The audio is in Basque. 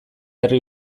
herri